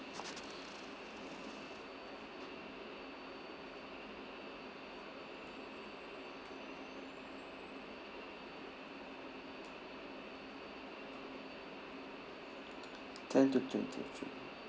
ten to twentieth june